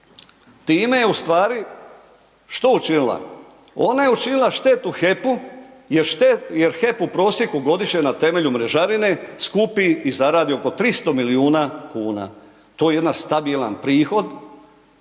time je u stvari što učinila, ona je učinila štetu HEP-u jer HEP u prosjeku godišnje na temelju mrežarine skupi i zaradi oko 300 milijuna kuna. To je jedna stabilan prihod